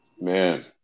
Man